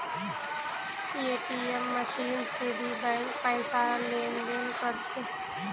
ATM machine से भी bank पैसार लेन देन कर छे